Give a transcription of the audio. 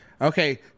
Okay